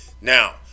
now